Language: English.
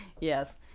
Yes